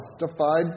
justified